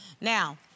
Now